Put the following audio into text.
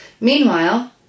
Meanwhile